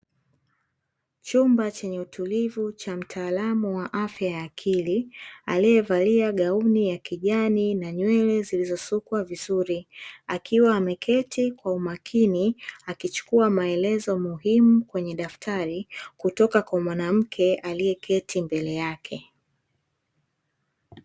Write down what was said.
Chumba chenye utulivu cha mtaalamu wa afya ya akili , aliyevalia gauni ya kijani na nywele zillizosukwa vizuri , akiwa ameketi kwa umakini, akichukua maelezo muhimu kwenye daftari, kutoka kwa mwanamke aliyeketi mbele yake.